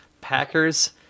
Packers